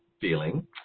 feeling